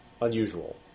unusual